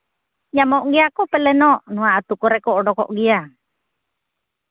ᱧᱟᱢᱚᱜ ᱜᱮᱭᱟ ᱠᱚ ᱯᱟᱞᱮᱱᱚᱜ ᱱᱚᱣᱟ ᱟᱹᱛᱩ ᱠᱚᱨᱮ ᱠᱚ ᱩᱰᱩᱠᱚᱜ ᱜᱮᱭᱟ